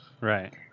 Right